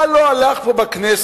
מה לא הלך פה בכנסת